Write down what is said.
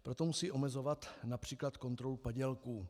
Proto musí omezovat např. kontrolu padělků.